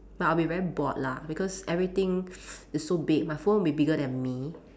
but I'll be very bored lah because everything is so big my phone will bigger than me